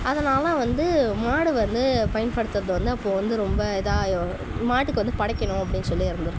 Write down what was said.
அதனால் வந்து மாடு வந்து பயன்படுத்துறதை வந்து அப்போது வந்து ரொம்ப இதாக மாட்டுக்கு வந்து படைக்கணும் அப்படின்னு சொல்லி இருந்துருக்குது